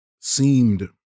seemed